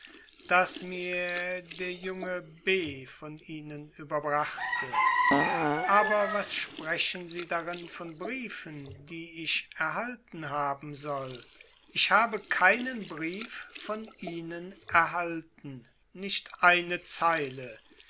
das mir der junge b hl von ihnen überbrachte aber was sprechen sie darin von briefen die ich erhalten haben soll ich habe keinen brief von ihnen erhalten nicht eine zeile